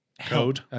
code